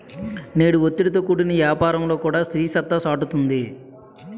నేడు ఒత్తిడితో కూడిన యాపారంలో కూడా స్త్రీ సత్తా సాటుతుంది